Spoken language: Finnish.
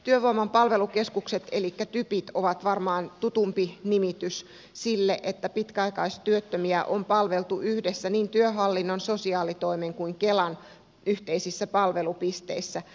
työvoiman palvelukeskukset elikkä typit on varmaan tutumpi nimitys sille että pitkäaikaistyöttömiä on palveltu yhdessä niin työhallinnon sosiaalitoimen kuin kelan yhteisissä palvelupisteissä